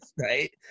right